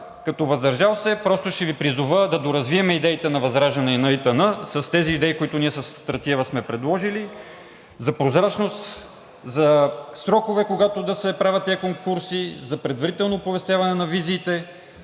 Като „въздържал се“ просто ще Ви призова да доразвием идеите на ВЪЗРАЖДАНЕ и ИТН с тези идеи, които със Стратиева сме предложили, за прозрачност, за срокове, в които да се правят тези конкурси, за предварително оповестяване на визиите